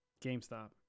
GameStop